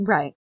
Right